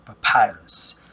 papyrus